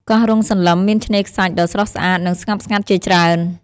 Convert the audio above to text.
កោះរ៉ុងសន្លឹមមានឆ្នេរខ្សាច់ដ៏ស្រស់ស្អាត និងស្ងប់ស្ងាត់ជាច្រើន។